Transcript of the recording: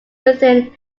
within